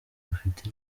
bufite